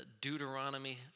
Deuteronomy